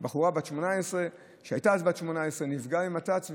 בחורה שהייתה בת 18 ונפגעה במת"צ,